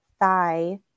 thigh